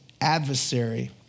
adversary